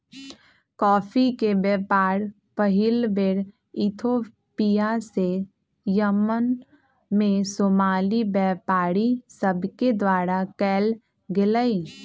coffee के व्यापार पहिल बेर इथोपिया से यमन में सोमाली व्यापारि सभके द्वारा कयल गेलइ